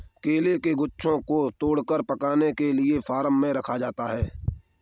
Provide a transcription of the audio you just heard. केले के गुच्छों को तोड़कर पकाने के लिए फार्म में रखा जाता है